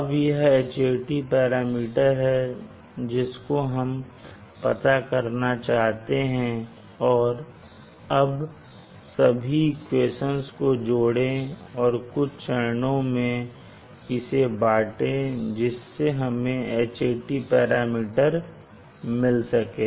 अब यह Hat parameter है जिसको हम पता करना चाहते हैं और अब सभी इक्वेशंस को जोड़े और कुछ चरणों मैं इसे बाटे जिससे हमें Hat पैरामीटर मिल सके